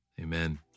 amen